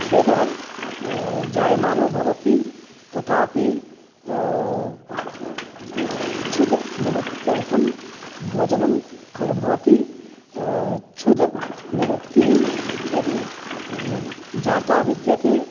खेदः जायमानो भवति तथापि क्षुत् निवृत्त्यर्थं भोजनं खलु भवति क्षुत् निवृत्तिः यदि जाता विद्यते